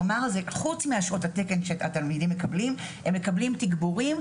כלומר חוץ משעות התקן שהתלמידים מקבלים הם מקבלים תגבורים,